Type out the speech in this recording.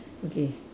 okay